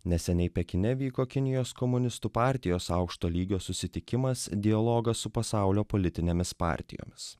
neseniai pekine vyko kinijos komunistų partijos aukšto lygio susitikimas dialogas su pasaulio politinėmis partijomis